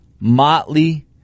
Motley